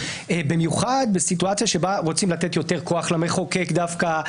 במיוחד בסיטואציה שבה רוצים לתת יותר כוח למחוקק דווקא,